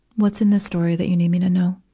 what's in this story that you need me to know?